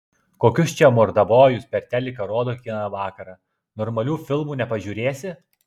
kokius čia mordabojus per teliką rodo kiekvieną vakarą normalių filmų nepažiūrėsi